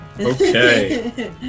Okay